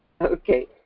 Okay